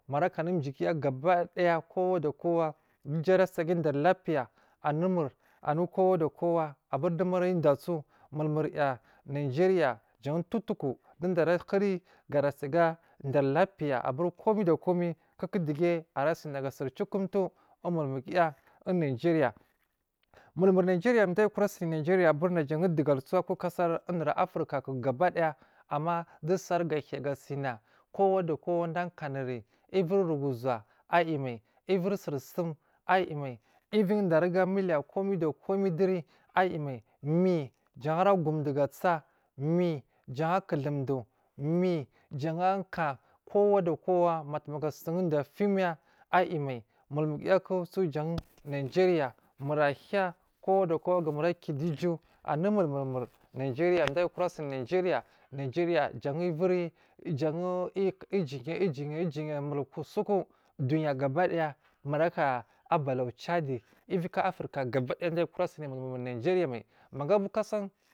Maraka anujuguya gabadaya kowa da kowa ga uju ara si aga da lapiya anu mur anu kowa da kowa abur dowu mar dudiya su mulmuniya nigeria jan, towu tuku duwo tuwo arahuri gara si aga dar langa abu komai da komai kukudu ara si gasi sirjuwo kumtuwo umulmugu ya nigeria mulmuri nigeria dayayi kurasi ni nigeria aburi najan dugul a k ukase unu afuri caku ba gabadaya amma duwo suri gahiya ga sina kowa da kowa dowu a kanuri uviri rugu zuwaa ayimai uviri suri jum ayi mai uviyi dowu aruga muliya koman da komai duri ayi mai miyyi jan ara gudowu ga tsa migyi jan a kudu weduwo miyyi jan akakowa da kowa batuga sun du a fumiyya ayi mai mulmuguya kusu jan najeriya mu ra hiyya kowa da kowa gamur a gido uju anu mulmunmul najeriya dayi kira sum nigeria, nigeria jan uviri jan iyiku iyi ya iyiya mulsuku duya gabadaya maaka abalaw chadi uvi gu afirica badaya dayi kura sini mulmuri nigeria mai magu a bu ka san.